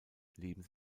leben